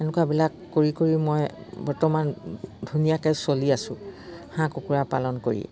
এনেকুৱাবিলাক কৰি কৰি মই বৰ্তমান ধুনীয়াকে চলি আছোঁ হাঁহ কুকুৰা পালন কৰি